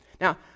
Now